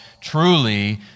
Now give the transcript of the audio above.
truly